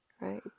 Right